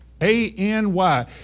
A-N-Y